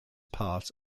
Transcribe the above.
part